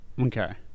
Okay